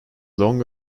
long